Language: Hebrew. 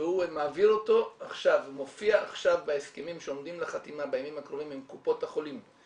והוא מופיע עכשיו שעומדים לחתימה בימים הקרובים עם קופות החולים,